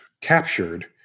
captured